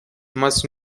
must